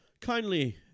kindly